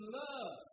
love